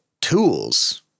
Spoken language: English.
tools